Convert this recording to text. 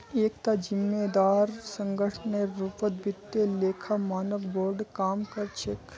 एकता जिम्मेदार संगठनेर रूपत वित्तीय लेखा मानक बोर्ड काम कर छेक